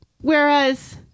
whereas